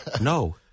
no